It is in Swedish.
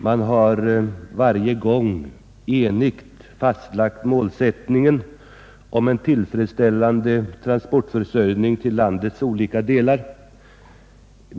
Man har varje gång enigt fastslagit målsättningen: en tillfredsställande transportförsörjning till landets olika delar.